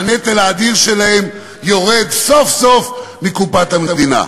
והנטל האדיר שלהם יורד סוף-סוף מקופת המדינה.